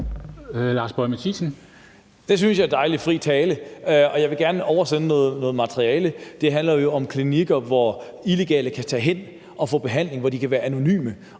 Lars Boje Mathiesen (NB): Det synes jeg er dejlig fri tale, og jeg vil gerne oversende noget materiale. Det handler jo om klinikker, hvor illegale kan tage hen og få behandling, og hvor de kan være anonyme,